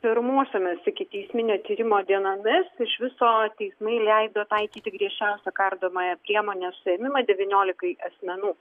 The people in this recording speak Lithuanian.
pirmosiomis ikiteisminio tyrimo dienomis iš viso teismai leido taikyti griežčiausią kardomąją priemonę suėmimą devyniolikai asmenų